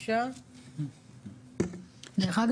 מירב,